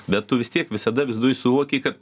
bet tu vis tiek visada viduj suvokei kad